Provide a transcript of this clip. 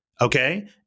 Okay